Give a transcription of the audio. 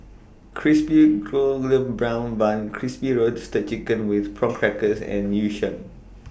Crispy Golden Brown Bun Crispy Roasted Chicken with Prawn Crackers and Yu Sheng